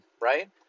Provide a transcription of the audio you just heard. Right